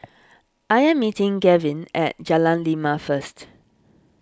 I am meeting Gavin at Jalan Lima first